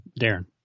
Darren